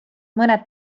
mõned